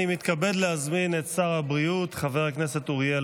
אני מתכבד להזמין את שר הבריאות חבר הכנסת אוריאל